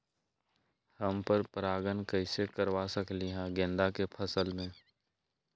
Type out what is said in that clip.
हम पर पारगन कैसे करवा सकली ह गेंदा के फसल में?